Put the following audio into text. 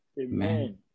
Amen